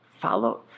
Follow